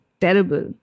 terrible